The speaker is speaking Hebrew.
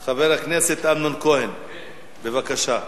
5186, 5202, 5201, 5223 ו-5224.